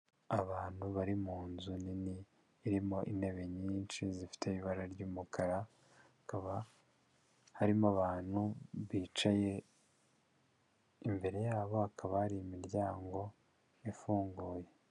Abantu bari mu nzu nini, irimo intebe nyinshi zifite ibara ry'umukara, hakaba harimo abantu bicaye, imbere yabo hakaba ari imiryango ifunguye.